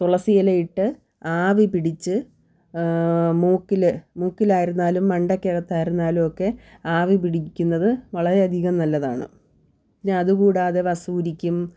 തുളസിയില ഇട്ട് ആവിപിടിച്ച് മൂക്കിൽ മൂക്കിലായിരുന്നാലും മണ്ടക്കകത്തായിരുന്നാലുവൊക്കെ ആവി പിടിക്കുന്നത് വളരെ അധികം നല്ലതാണ് പിന്നെ അതുകൂടാതെ വസൂരിക്കും